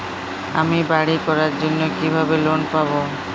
আমি বাড়ি করার জন্য কিভাবে লোন পাব?